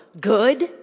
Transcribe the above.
good